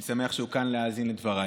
אני שמח שהוא כאן להאזין לדבריי.